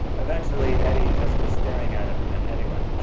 eventually, eddie just was staring at him, and then, eddie went.